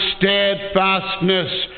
steadfastness